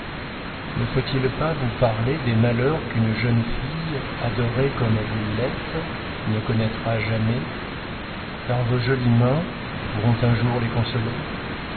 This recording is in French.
ne faut-il pas vous parler des malheurs qu'une jeune fille adorée comme vous l'êtes ne connaîtra jamais car vos jolies mains pourront un jour les consoler